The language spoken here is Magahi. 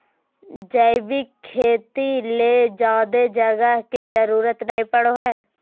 जैविक खेती ले ज्यादे जगह के जरूरत नय पड़ो हय